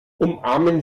umarmen